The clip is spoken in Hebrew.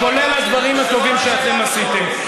כולל הדברים הטובים שאתם עשיתם.